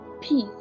peace